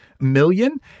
million